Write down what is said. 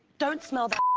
don't smell that